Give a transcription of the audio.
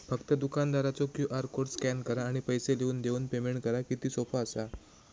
फक्त दुकानदारचो QR code scan करा आणि पैसे लिहून देऊन पेमेंट करा किती सोपा असा